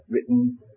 written